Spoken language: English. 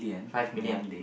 five million